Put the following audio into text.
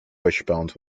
wishbones